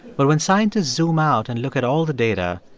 but when scientists zoom out and look at all the data,